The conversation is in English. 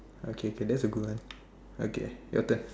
okay can that's a good one okay your turn